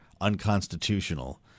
unconstitutional